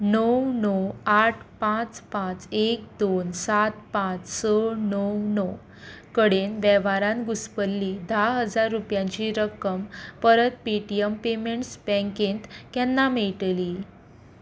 णव णव आठ पांच पांच एक दोन सात पांच स णव णव कडेन वेव्हारांत घुसपल्ली धा हजार रुपयांची रक्कम परत पेटीएम पेमेंट्स बँकेंत केन्ना मेळटली